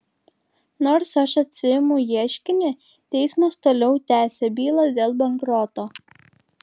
nors aš atsiimu ieškinį teismas toliau tęsia bylą dėl bankroto